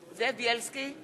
בילסקי,